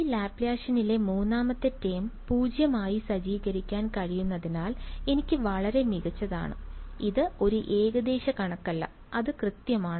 ഈ ലാപ്ലാസിയനിലെ മൂന്നാമത്തെ ടേം 0 ആയി സജ്ജീകരിക്കാൻ കഴിയുന്നതിനാൽ എനിക്ക് വളരെ മികച്ചതാണ് ഇത് ഒരു ഏകദേശ കണക്കല്ല അത് കൃത്യമാണ്